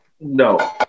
No